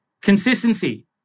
consistency